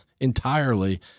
entirely